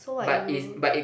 so what you